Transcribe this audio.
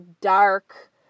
dark